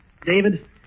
David